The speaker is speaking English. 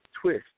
twist